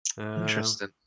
Interesting